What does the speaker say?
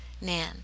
Nan